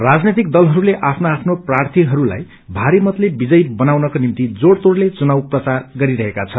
राजनैतिक दलहरूले आफ्नो आफ्नो प्रार्थीहरूलाई भारी मतले विजयी बनाउनको निम्ति जोड़तोड़ले चुनाव प्रचार गरिरहेका छन्